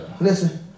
listen